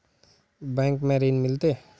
Bank में ऋण मिलते?